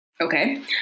okay